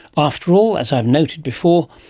after all, as i've noted before,